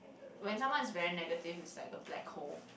when someone is very negative is like a black hole